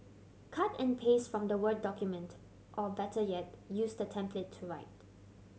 cut and paste from the word document or better yet use the template to write